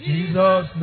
Jesus